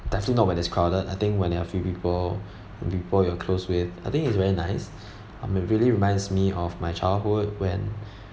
definitely not when it's crowded I think when there are few people people you're close with I think it's very nice um it really reminds me of my childhood when